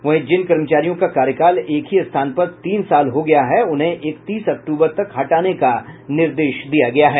वहीं जिन कर्मचारियों का कार्यकाल एक ही स्थान पर तीन साल हो गया है उन्हें इकतीस अक्टूबर तक हटाने का निर्देश दिया गया है